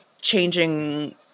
changing